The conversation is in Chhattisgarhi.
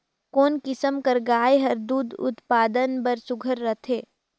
कोन किसम कर गाय हर दूध उत्पादन बर सुघ्घर रथे?